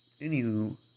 anywho